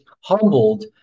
humbled